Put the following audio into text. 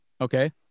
Okay